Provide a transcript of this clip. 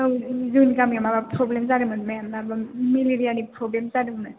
औ जोंनि गामिआव माबा प्रब्लेम जादोंमोन मेम माबा मेलेरियानि प्रब्लेम जादोंमोन